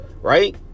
right